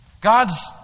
God's